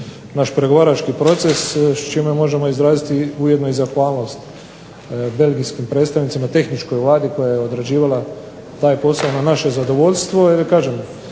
naš pregovarački proces s čime možemo izraziti ujedno i zahvalnost belgijskim predstavnicima, tehničkoj Vladi koja je odrađivala taj posao na naše zadovoljstvo. Jer je kažem